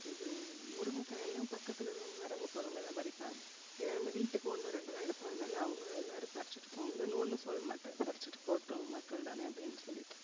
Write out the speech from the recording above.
இது முருங்கைக்காயெல்லாம் பக்கத்தில் உள்ளவங்க வரவங்க போகிறவங்க எல்லாம் பறிப்பாங்க ஏன்னால் நம்ம வீட்டுக்கு ஒன்று ரெண்டு தான் எடுப்பேன் அதனால அவங்க எல்லாரும் பறிச்சுட்டு போவாங்க அதெலாம் ஒன்றும் சொல்லமாட்டேன் பறிச்சிட்டு போட்டும் மக்கள் தானே அப்படின்னு சொல்லிவிட்டு